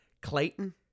Clayton